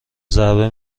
ضربه